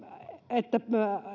että